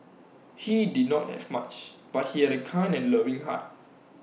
he did not have much but he had A kind and loving heart